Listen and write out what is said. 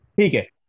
okay